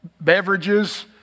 beverages